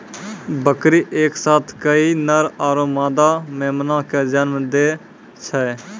बकरी एक साथ कई नर आरो मादा मेमना कॅ जन्म दै छै